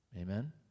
Amen